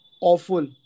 awful